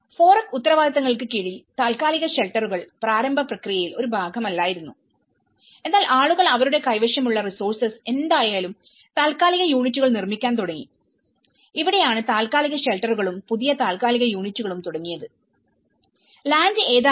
FOREC ഉത്തരവാദിത്തങ്ങൾക്ക് കീഴിൽ താത്കാലിക ഷെൽട്ടറുകൾ പ്രാരംഭ പ്രക്രിയയിൽ ഒരു ഭാഗമല്ലായിരുന്നു എന്നാൽ ആളുകൾ അവരുടെ കൈവശമുള്ള റിസോർസസ് എന്തായാലും താൽക്കാലിക യൂണിറ്റുകൾ നിർമ്മിക്കാൻ തുടങ്ങി ഇവിടെയാണ് താൽക്കാലിക ഷെൽട്ടറുകളും പുതിയ താൽക്കാലിക യൂണിറ്റുകളും തുടങ്ങിയത് ലാൻഡ് ഏതായാലും